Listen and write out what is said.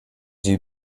you